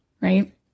right